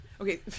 Okay